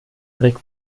rick